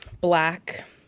black